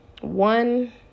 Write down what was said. One